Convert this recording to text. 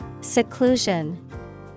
Seclusion